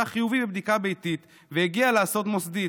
חיובי בבדיקה ביתית והגיע לעשות מוסדית.